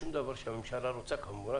דבר שהממשלה לא רוצה כמובן,